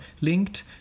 linked